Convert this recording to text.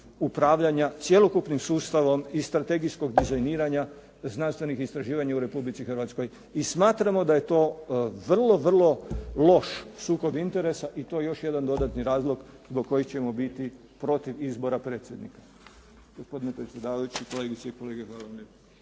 upravljanja cjelokupnim sustavom i strategijskog dizajniranja znanstvenih istraživanja u Republici Hrvatskoj i smatramo da je to vrlo, vrlo loš sukob interesa i to je još jedan dodatni razlog zbog kojih ćemo biti protiv izbora predsjednika.